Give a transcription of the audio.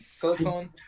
silicone